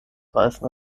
weißen